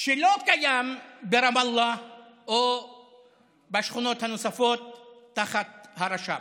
שלא קיים ברמאללה או בשכונות הנוספות שתחת הרשות.